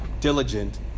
diligent